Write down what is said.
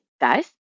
guys